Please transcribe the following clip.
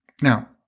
Now